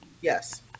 Yes